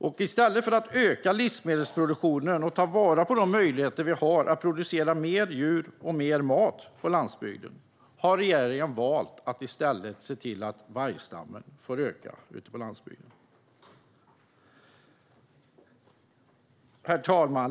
I stället för att öka livsmedelsproduktionen och ta vara på de möjligheter vi har att producera mer djur och mer mat på landsbygden har regeringen valt att se till att vargstammen får öka där. Herr talman!